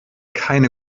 keine